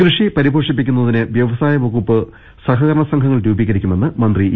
കൃഷി പരിപോഷിപ്പിക്കുന്നതിന് വ്യവസായവകുപ്പ് സഹകരണ സംഘ ങ്ങൾ രൂപീകരിക്കുമെന്ന് മന്ത്രി ഇ